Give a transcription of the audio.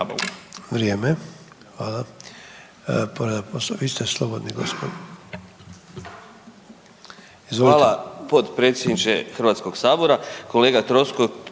Hvala.